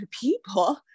people